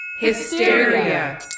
Hysteria